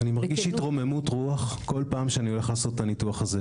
אני מרגיש התרוממות רוח כל פעם שאני הולך לעשות את הניתוח הזה.